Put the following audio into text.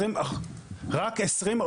רק 20,